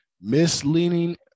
Misleading